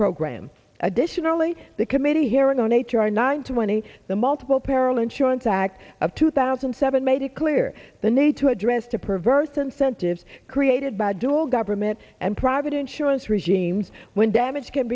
program additionally the committee hearing on h r nine twenty the multiple peril insurance act of two thousand and seven made it clear the need to address to perverse incentives created by dual government and private insurance regimes when damage can